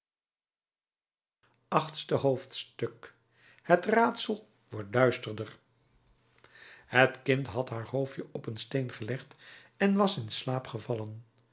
achtste hoofdstuk het raadsel wordt duisterder het kind had haar hoofdje op een steen gelegd en was in slaap gevallen